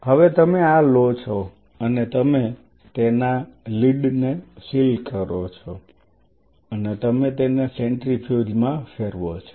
હવે તમે આ લો છો અને તમે તેના લીડને સીલ કરો છો અને તમે તેને સેન્ટ્રીફ્યુજ માં ફેરવો છો